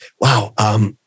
Wow